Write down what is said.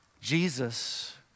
Jesus